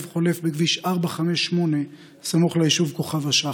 חולף בכביש 458 סמוך ליישוב כוכב השחר,